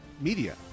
media